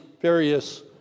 various